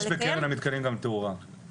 יש בקרן המתקנים גם תאורה.